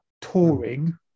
touring